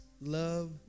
love